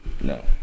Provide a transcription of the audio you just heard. No